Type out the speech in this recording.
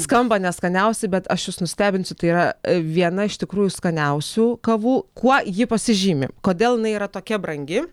skamba neskaniausiai bet aš jus nustebinsiu tai yra viena iš tikrųjų skaniausių kavų kuo ji pasižymi kodėl jinai yra tokia brangi